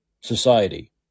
society